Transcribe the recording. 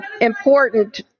important